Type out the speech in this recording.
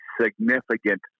significant